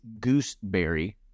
gooseberry